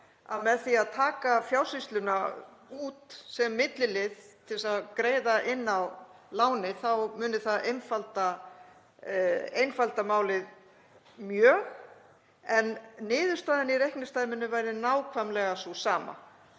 með því að taka Fjársýsluna út sem millilið til að greiða inn á lánið þá muni það einfalda málið mjög? Niðurstaðan í reikningsdæminu væri nákvæmlega sú sama